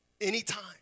Anytime